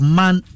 man